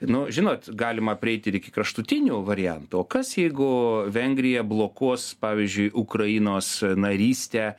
nu žinot galima prieiti ir iki kraštutinių variantų o kas jeigu vengrija blokuos pavyzdžiui ukrainos narystę